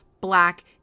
black